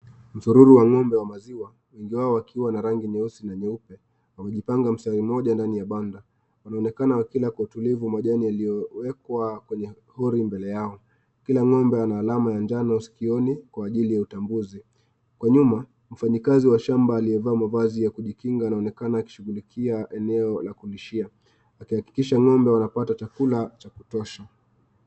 Msururu wa ng'ombe wa maziwa, wengi wao wakiwa na rangi nyeusi na nyeupe, wamejipanga mstari mmoja ndani ya banda. Wanaonekana wakila kwa utulivu majani yaliyowekwa kwenye hori mbele yao. Kila ng'ombe ana alama ya njano sikioni kwa ajili ya utambuzi. Kwa nyuma, mfanyakazi wa shamba aliyevaa mavazi ya kujikinga anaonekana akishughulikia eneo la kulishia. Akihakikisha ng'ombe wanapata chakula cha kutosha.